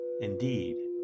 Indeed